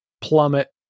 plummet